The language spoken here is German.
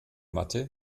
matte